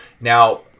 Now